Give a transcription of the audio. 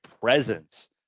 presence